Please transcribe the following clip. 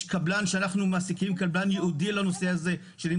יש קבלן ייעודי לנושא הזה שאנחנו מעסיקים,